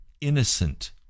innocent